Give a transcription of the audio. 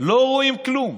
לא רואים כלום,